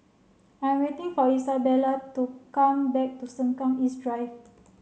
I'm waiting for Isabela to come back to Sengkang East Drive